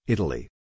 Italy